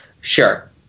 Sure